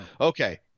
okay